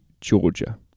Georgia